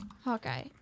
Hawkeye